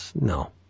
no